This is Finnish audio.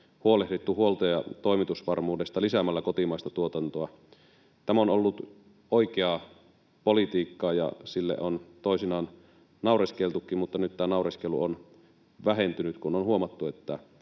huolehdittu huolto‑ ja toimitusvarmuudesta lisäämällä kotimaista tuotantoa. Tämä on ollut oikeaa politiikkaa. Sille on toisinaan naureskeltukin, mutta nyt tämä naureskelu on vähentynyt, kun on huomattu, että